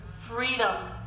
freedom